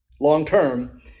long-term